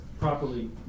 properly